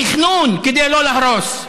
תכנון, כדי לא להרוס.